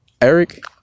Eric